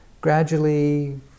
gradually